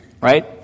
right